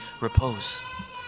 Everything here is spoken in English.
repose